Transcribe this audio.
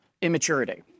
immaturity